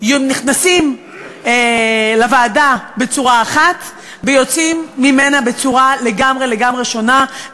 נכנסים לוועדה בצורה אחת ויוצאים ממנה בצורה לגמרי לגמרי שונה.